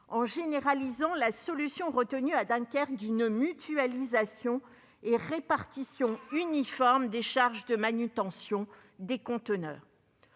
en généralisant la solution, retenue à Dunkerque, d'une mutualisation et d'une répartition uniforme des charges de manutention des conteneurs.